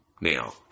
now